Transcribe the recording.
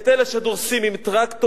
את אלה שדורסים עם טרקטורים,